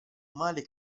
male